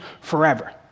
forever